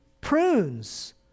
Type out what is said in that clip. prunes